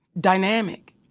Dynamic